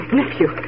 nephew